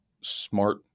smart